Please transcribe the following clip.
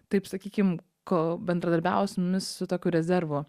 taip sakykim ko bendradarbiausim su tokiu rezervu